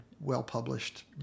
well-published